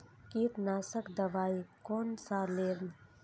कीट नाशक दवाई कोन सा लेब?